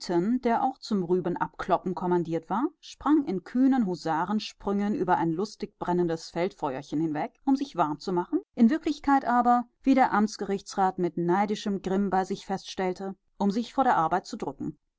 der auch zum rüben abkloppen kommandiert war sprang in kühnen husarensprüngen über ein lustig brennendes feldfeuerchen hinweg um sich warm zu machen in wirklichkeit aber wie der amtsgerichtsrat mit neidischem grimm bei sich feststellte um sich von der arbeit zu drücken